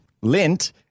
Lint